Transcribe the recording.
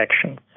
actions